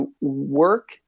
work